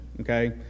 okay